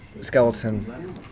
skeleton